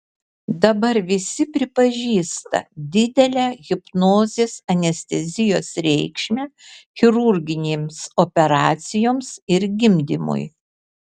dabar visi pripažįsta didelę hipnozės anestezijos reikšmę chirurginėms operacijoms ir gimdymui